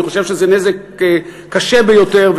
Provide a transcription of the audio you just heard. אני חושב שזה נזק קשה ביותר,